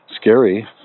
scary